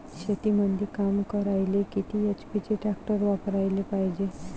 शेतीमंदी काम करायले किती एच.पी चे ट्रॅक्टर वापरायले पायजे?